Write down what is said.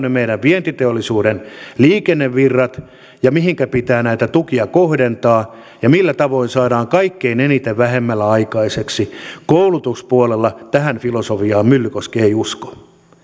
ne meidän vientiteollisuuden liikennevirrat ja mihinkä pitää näitä tukia kohdentaa ja millä tavoin saadaan kaikkein eniten vähemmällä aikaiseksi koulutuspuolella tähän filosofiaan myllykoski ei usko